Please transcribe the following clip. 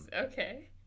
okay